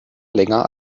länger